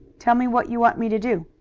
tell me what you want me to do.